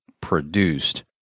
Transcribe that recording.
produced